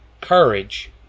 courage